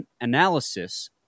analysis